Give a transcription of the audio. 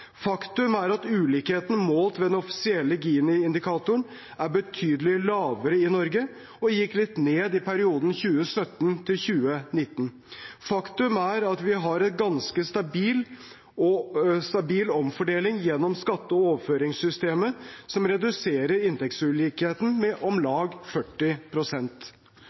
Faktum er at ulikheten målt ved den offisielle Gini-indikatoren er betydelig lavere i Norge, og at den gikk litt ned i perioden 2017–2019. Faktum er at vi har en ganske stabil omfordeling gjennom skatte- og overføringssystemet som reduserer inntektsulikheten med om lag